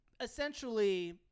essentially